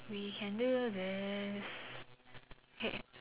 we can do this okay